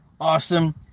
awesome